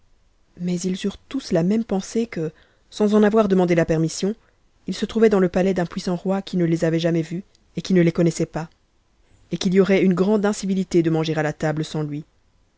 mais ils eurent tous la même pensée que sans en avou demandé la permission ils se trouvaient dans le palais d'un puissant roi qui ne les avait jamais vus et qui ne les connaissait pas et qu'il y a une grande incivilité de manger à a table sans lui